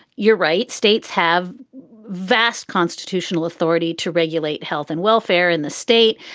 you're right. states have vast constitutional authority to regulate health and welfare in the state.